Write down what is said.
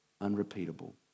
unrepeatable